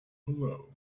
below